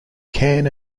can